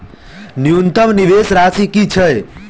न्यूनतम निवेश राशि की छई?